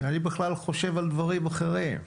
אני בכלל חושב על דברים אחרים.